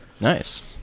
Nice